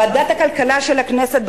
ועדת הכלכלה של הכנסת,